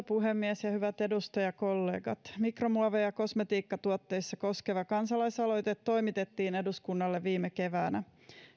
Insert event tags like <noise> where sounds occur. <unintelligible> puhemies hyvät edustajakollegat mikromuoveja kosmetiikkatuotteissa koskeva kansalaisaloite toimitettiin eduskunnalle viime keväänä